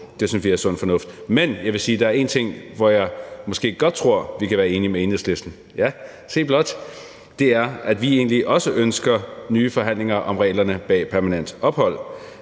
Det synes vi er sund fornuft. Men jeg vil sige, at der er én ting, hvor jeg måske godt tror vi kan være enige med Enhedslisten – ja, lyt blot! – og det er, at vi egentlig også ønsker nye forhandlinger om reglerne bag permanent ophold.